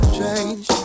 change